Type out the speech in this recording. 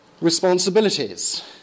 responsibilities